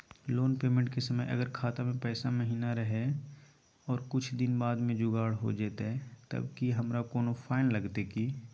Loan payment के समय अगर खाता में पैसा महिना रहै और कुछ दिन में जुगाड़ हो जयतय तब की हमारा कोनो फाइन लगतय की?